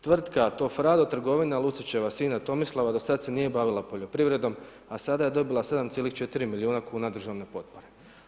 Tvrtka „Tofrado“ trgovina Lucićeva sina Tomislava do sad se nije bavila poljoprivredom, a sada je dobila 7,4 milijuna kuna državne potpore.